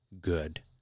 good